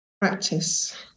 practice